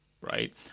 right